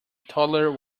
toddler